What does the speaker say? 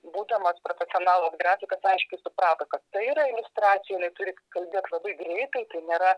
būdamas profesionalus grafikas aiškiai suprato kad tai yra iliustracija jinai turi kalbėt labai greitai tai nėra